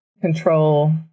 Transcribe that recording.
control